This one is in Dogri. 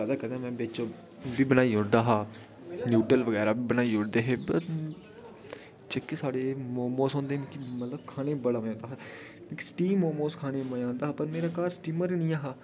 कदें कदें में बिच ओह्बी बनाई ओड़दा हा नूड्ल्स बगैरा बनाई ओड़दे हे जेह्के साढ़े मोमोस होंदे हे मिगी मतलब बड़ा मज़ा औंदा हा स्टीम मोमोस खोने गी मज़ा औंदा हा पर मेरे घर स्टीमर निं हा